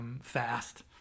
fast